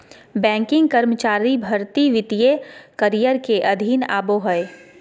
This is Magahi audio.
बैंकिंग कर्मचारी भर्ती वित्तीय करियर के अधीन आबो हय